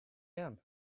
him